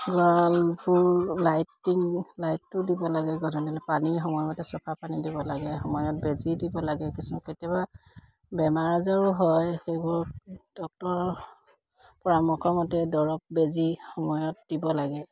গঁৰালবোৰ লাইটিং লাইটটো দিব লাগে গধূলি পানীৰ সময়মতে চফা পানী দিব লাগে সময়ত বেজী দিব লাগে কিছুমান কেতিয়াবা বেমাৰ আজৰো হয় সেইবোৰত ডক্টৰৰ পৰামৰ্শমতে দৰব বেজী সময়ত দিব লাগে